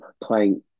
playing